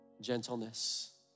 gentleness